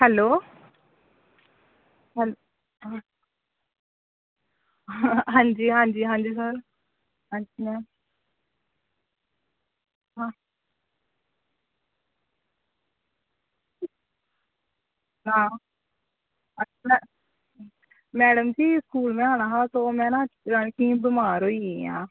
hello hello हां जी हां जी हां जी सर हां जी हां मैड़म जी स्कूल में आना हा ते ओ में इयां बमार होई गेई आं